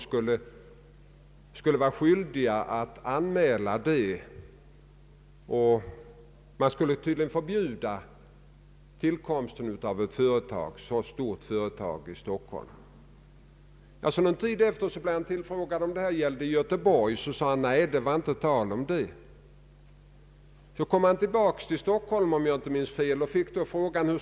Om det skall vara någon mening med en sådan deklaration, måste vi också ta de praktiska konsekvenserna, och då kan det sannerligen bli nödvändigt att göra mycket radikala ingrepp i utvecklingen. Man får verkligen tänka över sådant här.